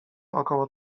około